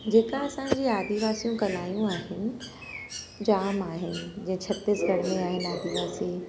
जेका असांजी आदिवासियूं कलायूं आहिनि जाम आहिनि जीअं छत्तीसगढ़ में आहिनि आदिवासी